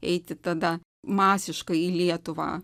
eiti tada masiškai į lietuvą